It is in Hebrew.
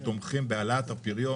תומכים בהעלאת הפריון.